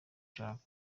ushaka